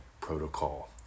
protocol